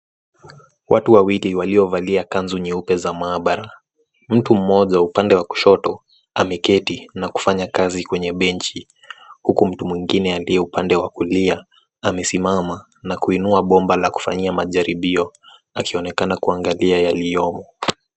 Watu wawili waliyovalia kanzu nyeupe za maabara. Mtu moja upande wa kushoto ameketi na kufanya kazi kwenye benchi, huku mtu mwingine aliye upande wa kulia amesimama na kuinua bomba la kufanyia majaribio, akionekana kuangalia yaliyomo.